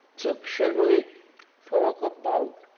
so shall we talk about,